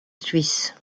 suisse